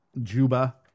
Juba